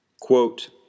Quote